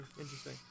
Interesting